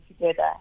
together